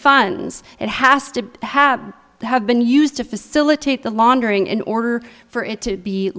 funds it has to have to have been used to facilitate the laundering in order for it to be